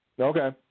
Okay